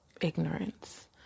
ignorance